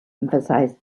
emphasised